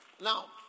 Now